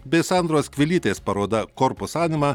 bei sandros kvilytės paroda korpus anima